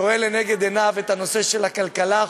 שרואה לנגד עיניו את הנושא של הכלכלה החופשית.